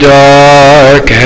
dark